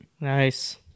Nice